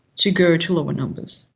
to go to lower numbers.